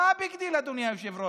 מה הביג דיל, אדוני היושב-ראש?